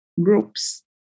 groups